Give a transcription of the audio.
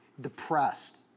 depressed